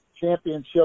championship